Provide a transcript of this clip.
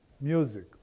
music